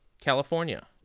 California